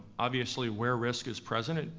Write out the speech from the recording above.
obviously where risk is present,